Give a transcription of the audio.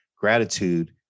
gratitude